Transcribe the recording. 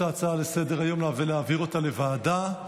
ההצעה בסדר-היום ולהעביר אותה לוועדה.